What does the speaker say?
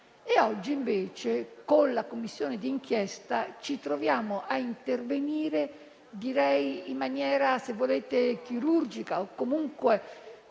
Oggi, invece, con la Commissione d'inchiesta ci troviamo a intervenire in maniera chirurgica o comunque